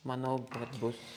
manau kad bus